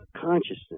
consciousness